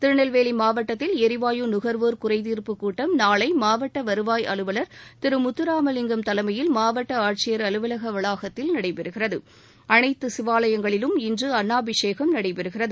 திருநெல்வேலி மாவட்டத்தில் எரிவாயு நுகா்வோர் குறைதீர்ப்புக் கூட்டம் நாளை மாவட்ட வருவாய் முத்துராமலிங்கம் தலைமையில் மாவட்ட ஆட்சியர் அலுவலக வளாகத்தில் அலுவலர் திரு நடைபெறுகிறது அனைத்து சிவாலயங்களிலும் இன்று அன்னாபிஷேகம் நடைபெறுகிறது